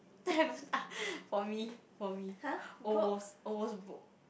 for me for me almost almost broke